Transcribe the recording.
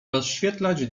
rozświetlać